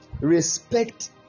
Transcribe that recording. Respect